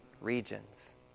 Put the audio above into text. regions